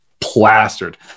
plastered